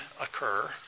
occur